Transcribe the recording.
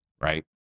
right